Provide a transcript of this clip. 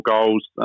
goals